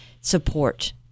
support